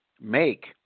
make